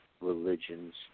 religion's